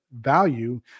value